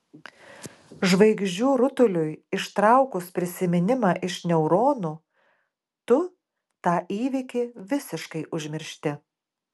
žvaigždžių rutuliui ištraukus prisiminimą iš neuronų tu tą įvykį visiškai užmiršti